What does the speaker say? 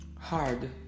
hard